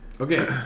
Okay